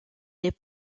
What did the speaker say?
les